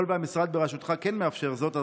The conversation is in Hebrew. אם המשרד בראשותך כן מאפשר זאת,